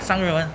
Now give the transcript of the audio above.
三谁人